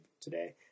today